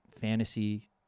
fantasy